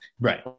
right